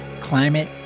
Climate